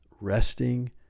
resting